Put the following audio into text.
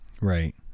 Right